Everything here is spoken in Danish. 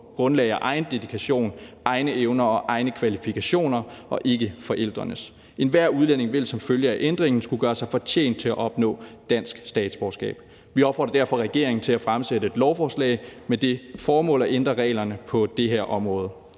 grundlag af egen dedikation, egne evner og egne kvalifikationer og ikke forældrenes. Enhver udlænding vil som følge af ændringen skulle gøre sig fortjent til at opnå dansk statsborgerskab. Vi opfordrer derfor regeringen til at fremsætte et lovforslag med det formål at ændre reglerne på det her område.